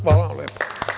Hvala vam lepo.